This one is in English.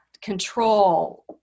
control